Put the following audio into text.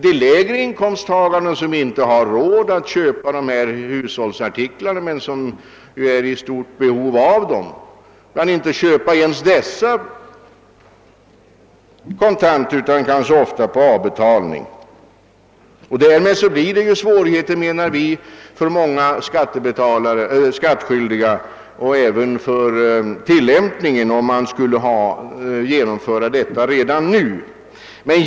De lägre inkomsttagarna, som är i stort behov av hushållsmaskiner, kan ofta inte köpa sådana kontant utan tvingas göra det på avbetalning. En höjd skatt på redan inköpta hushålls maskiner skulle, menar vi, kännbart drabba många skattskyldiga och även medföra svårigheter för dem som skall tillämpa bestämmelserna.